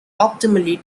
optimally